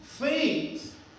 Faith